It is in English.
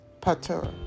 Pater